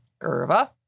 Irva